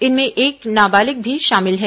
इनमें एक नाबालिग भी शामिल है